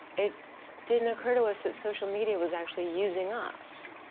it didn't occur to us that social media was actually using us.